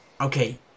Okay